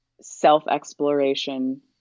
self-exploration